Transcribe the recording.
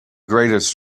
greatest